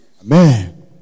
Amen